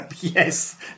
Yes